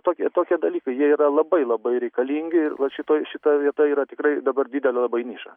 tokie tokie dalykai jie yra labai labai reikalingi ir vat šitoj šita vieta yra tikrai dabar didelė labai niša